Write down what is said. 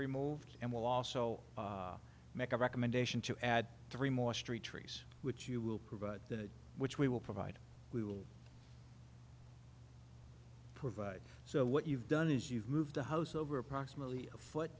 removed and will also make a recommendation to add three more street trees which you will provide that which we will provide we will provide so what you've done is you've moved the house over approximately a foot